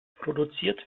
produziert